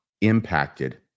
impacted